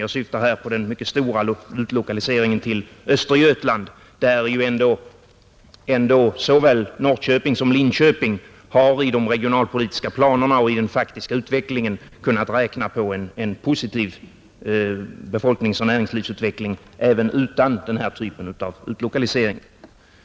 Jag syftar här på den mycket stora utlokaliseringen till Östergötland, där ändå såväl Norrköping som Linköping i de regionalpolitiska planerna och i den faktiska utvecklingen har kunnat räkna med en positiv befolkningsoch näringslivsutveckling även utan denna typ av utlokalisering.